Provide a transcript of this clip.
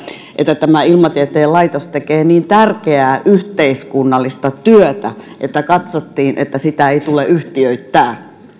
että ilmatieteen laitos tekee niin tärkeää yhteiskunnallista työtä että katsottiin että sitä ei tule yhtiöittää